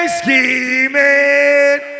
scheming